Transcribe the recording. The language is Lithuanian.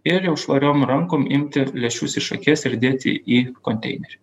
ir jau švariom rankom imti lęšius iš akies ir dėti į konteinerį